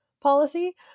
policy